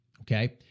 okay